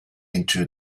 into